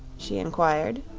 she inquired.